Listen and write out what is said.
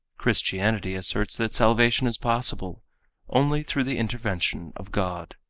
christianity asserts that salvation is possible only through the intervention of god.